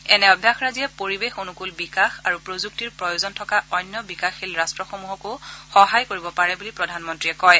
এনে অভ্যাসৰাজিয়ে পৰিৱেশ অনুকূল বিকাশ আৰু প্ৰযুক্তিৰ প্ৰয়োজন থকা অন্য বিকাশশীল ৰাট্টসমূহকো সহায় কৰিব পাৰে বুলি প্ৰধানমন্ত্ৰীয়ে কয়